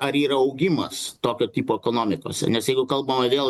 ar yra augimas tokio tipo ekonomikose nes jeigu kalbama vėl